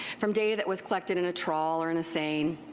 from data that was collected in a trawl or and a seine.